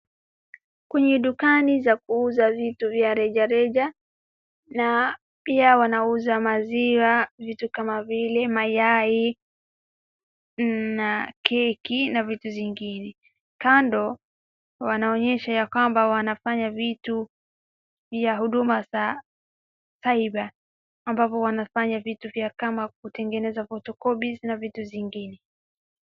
Kwenye dukani za kuuza vitu vya reja reja, na pia wanauza maziwa vitu kama vile mayai na keki na vitu zingine. Kando wanaonyesha ya kwamba wanafanya vitu ya huduma za taifa ambapo wanafanya vitu vya kama kutengeneza photocopies na vitu zingine.